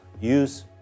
use